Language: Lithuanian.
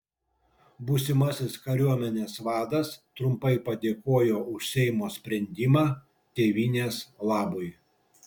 būsimasis kariuomenės vadas trumpai padėkojo už seimo sprendimą tėvynės labui